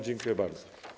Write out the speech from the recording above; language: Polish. Dziękuję bardzo.